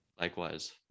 Likewise